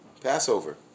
Passover